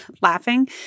laughing